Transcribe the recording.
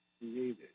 created